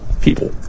people